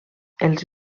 els